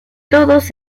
todos